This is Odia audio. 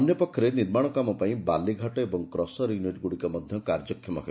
ଅନ୍ୟପକ୍ଷରେ ନିର୍ମାଣ କାମପାଇଁ ବାଲିଘାଟ ଓ କ୍ରସର ୟୁନିଟଗୁଡ଼ିକ ମଧ୍ୟ କାର୍ଯ୍ୟଷମ ହେବ